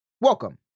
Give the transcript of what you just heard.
Welcome